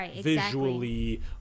visually